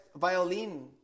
violin